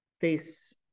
face